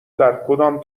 درکدام